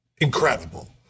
incredible